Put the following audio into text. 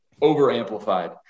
over-amplified